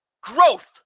Growth